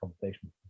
conversation